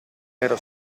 era